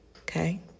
Okay